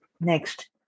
next